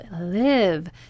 live